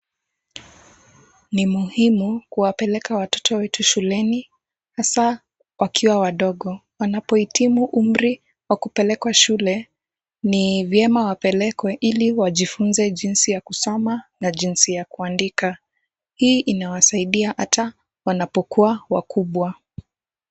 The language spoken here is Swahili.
Ni muhimu kuwapeleka watoto wetu shuleni hasa wakiwa wadogo. Wanapohitimu umri wa kupelekwa shule, ni vyema wapelekwa ili wajifunze jinsi ya kusoma na jinsi ya kuandika. Hii inawasaidia hata wanapokuwa wakubwa.